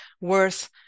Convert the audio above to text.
worth